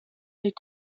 les